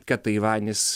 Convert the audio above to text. kad taivanis